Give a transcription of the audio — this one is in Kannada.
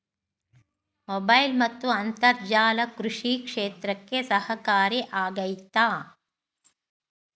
ಮೊಬೈಲ್ ಮತ್ತು ಅಂತರ್ಜಾಲ ಕೃಷಿ ಕ್ಷೇತ್ರಕ್ಕೆ ಸಹಕಾರಿ ಆಗ್ತೈತಾ?